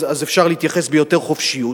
אז אפשר להתייחס ביתר חופשיות,